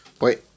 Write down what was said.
Wait